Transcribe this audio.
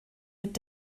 mit